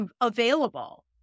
available